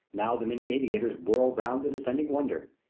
now the many aviators whirl round the descending wonder,